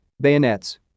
bayonets